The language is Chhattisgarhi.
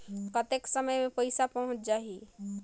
कतेक समय मे पइसा पहुंच जाही?